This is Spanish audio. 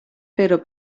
pero